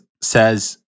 says